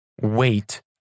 wait